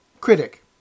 Critic